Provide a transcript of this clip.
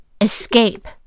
escape